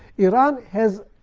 iran has